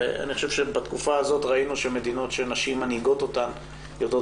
בתקופה הזאת ראינו שמדינות שנשים מנהיגות אותן מראות